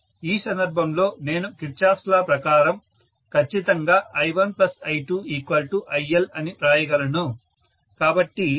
ఈ సందర్భంలో నేను కిర్చాఫ్ లా kirchoff's Law ప్రకారం ఖచ్చితంగా I1I2ILఅని వ్రాయగలను